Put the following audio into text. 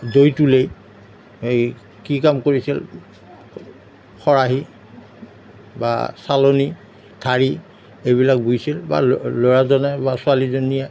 দৈ তুলে হেৰি কি কাম কৰিছিল খৰাহি বা চালনী ঢাৰি এইবিলাক বৈছিল বা ল ল'ৰাজনে বা ছোৱালীজনীয়ে